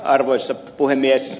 arvoisa puhemies